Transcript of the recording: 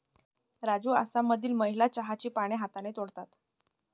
राजू आसाममधील महिला चहाची पाने हाताने तोडतात